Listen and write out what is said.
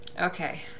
okay